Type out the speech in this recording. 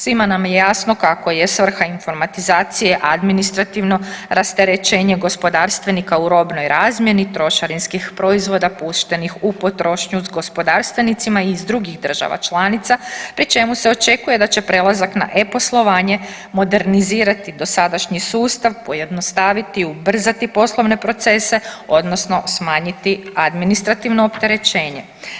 Svima nam je jasno kako je svrha informatizacije administrativno rasterećenje gospodarstvenika u robnoj razmjeni trošarinskih proizvoda puštenih u potrošnju s gospodarstvenicima i iz drugih država članica pri čemu se očekuje da će prelazak na e-poslovanje modernizirati dosadašnji sustav, pojednostaviti, ubrzati poslovne procese, odnosno smanjiti administrativno opterećenje.